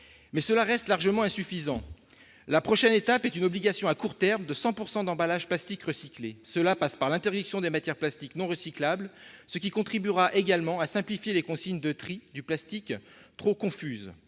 mais cela reste largement insuffisant, la prochaine étape est une obligation à court terme de 100 pourcent d'emballages plastiques recyclés, cela passe par l'interdiction des matières plastiques non recyclables, ce qui contribuera également à simplifier les consignes de tri du plastique trop confuse,